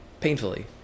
painfully